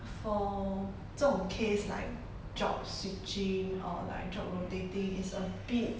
for 这种 case like job switching or like job rotating is a bit